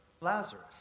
Lazarus